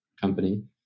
company